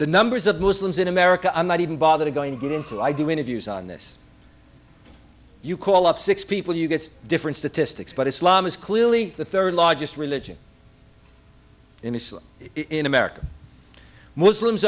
the numbers of muslims in america i'm not even bother to go and get into i do interviews on this you call up six people you get different statistics but islam is clearly the third largest religion in islam in america muslims